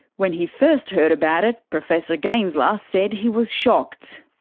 when he first heard about it, professor ganesler said he was shocked.